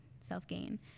self-gain